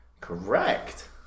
correct